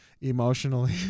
emotionally